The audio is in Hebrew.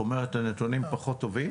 זאת אומרת, הנתונים פחות טובים?